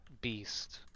beast